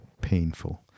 painful